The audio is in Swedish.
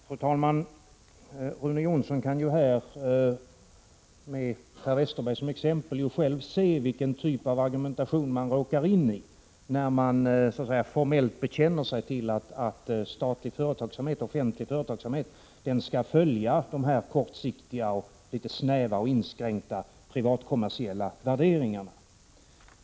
Fru talman! Rune Jonsson kan med Per Westerberg som exempel själv se vilken typ av argumentation man råkar in i när man formellt bekänner sig till att statlig företagsamhet skall följa de här kortsiktiga och litet snäva och inskränkta privatkommersiella värderingarna.